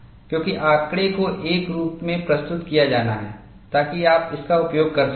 क्योंकि आंकड़े को एक रूप में प्रस्तुत किया जाना है ताकि आप इसका उपयोग कर सकें